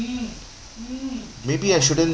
maybe I shouldn't